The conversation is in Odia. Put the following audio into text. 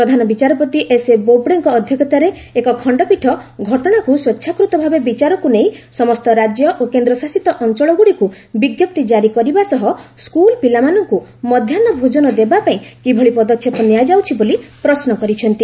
ପ୍ରଧାନ ବିଚାରପତି ଏସ୍ଏ ବୋବ୍ଡେଙ୍କ ଅଧ୍ୟକ୍ଷତାରେ ଏକ ଖଣ୍ଡପୀଠ ସ୍ତଟଣାକୁ ସ୍ୱେଚ୍ଛାକୃତ ଭାବେ ବିଚାରକୁ ନେଇ ସମସ୍ତ ରାଜ୍ୟ ଓ କେନ୍ଦ୍ରଶାସିତ ଅଞ୍ଚଳଗୁଡ଼ିକୁ ବିଜ୍ଞପ୍ତି କାରି କରିବା ସହ ସ୍କୁଲ୍ ପିଲାମାନଙ୍କୁ ମଧ୍ୟାହ୍ନ ଭୋଜନ ଦେବାପାଇଁ କିଭଳି ପଦକ୍ଷେପ ନିଆଯାଉଛି ବୋଲି ପ୍ରଶ୍ନ କରିଛନ୍ତି